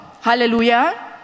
hallelujah